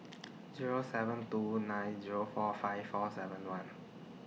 Zero seven two nine Zero four five four seven one